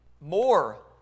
more